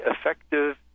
effective